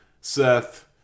Seth